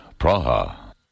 Praha